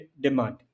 demand